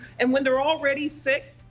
and, when they're already sick,